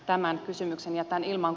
tämän kysymyksen jätän ilmaan